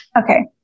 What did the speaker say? Okay